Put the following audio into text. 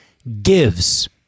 gives